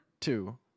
two